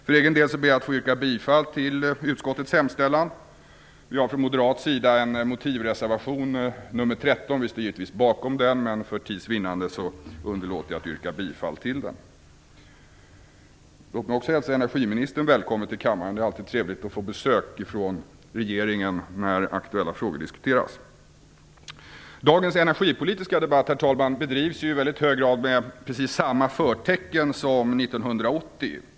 För egen del ber jag att få yrka bifall till utskottets hemställan. Vi har från moderat sida en motivreservation, nr 13. Vi står givetvis bakom den, men för tids vinnande underlåter jag att yrka bifall till den. Låt mig också hälsa energiministern välkommen till kammaren. Det är alltid trevligt att få besök från regeringen när aktuella frågor diskuteras. Dagens energipolitiska debatt, herr talman, bedrivs i väldigt hög grad med precis samma förtecken som 1980.